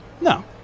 No